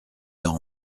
heure